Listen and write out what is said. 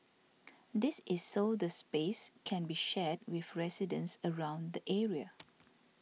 this is so the space can be shared with residents around the area